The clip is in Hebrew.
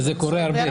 וזה קורה הרבה.